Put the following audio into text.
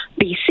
BC